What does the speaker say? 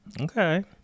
Okay